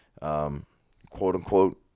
quote-unquote